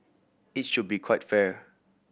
it should be quite fair